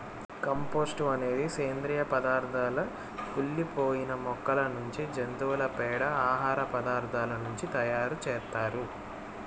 compost అనేది సేంద్రీయ పదార్థాల కుళ్ళి పోయిన మొక్కల నుంచి, జంతువుల పేడ, ఆహార పదార్థాల నుంచి తయారు చేత్తారు